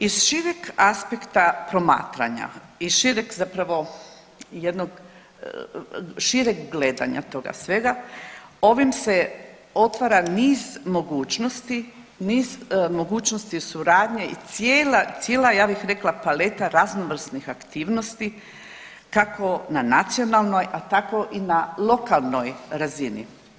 Iz šireg aspekta promatranja, iz šireg zapravo jednog šireg gledanja toga svega ovim se otvara niz mogućnosti, niz mogućnosti suradnje i cijela, cijela ja bih rekla paleta raznovrsnih aktivnosti kako na nacionalnoj, a tako i na lokalnoj razini.